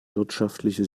wirtschaftliche